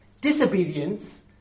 disobedience